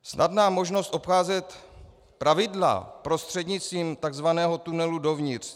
Snadná možnost obcházet pravidla prostřednictvím tzv. tunelu dovnitř.